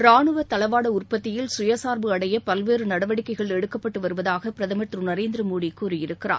ராணுவத் தளவாட உற்பத்தியில் சுயசார்பு அடைய பல்வேறு நடவடிக்கைகள் எடுக்கப்பட்டு வருவதாக பிரதமர் திரு நரேந்திர மோடி கூறியிருக்கிறார்